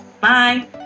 bye